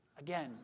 Again